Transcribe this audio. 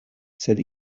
sed